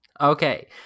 okay